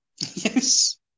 Yes